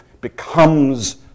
becomes